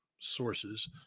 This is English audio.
sources